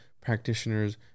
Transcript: practitioners